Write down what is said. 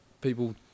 people